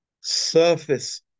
surface